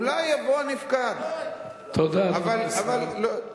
אולי יבוא הנפקד, אולי, אולי, 200 שנה.